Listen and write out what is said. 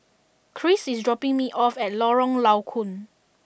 Kris is dropping me off at Lorong Low Koon